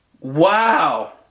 Wow